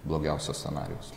blogiausio scenarijaus